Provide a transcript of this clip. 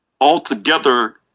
altogether